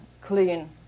clean